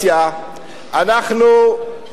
שקלים מכספי ציבור ואנחנו ומבזבזים